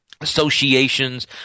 associations